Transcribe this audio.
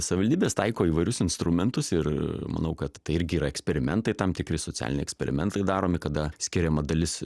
savivaldybės taiko įvairius instrumentus ir manau kad tai irgi yra eksperimentai tam tikri socialiniai eksperimentai daromi kada skiriama dalis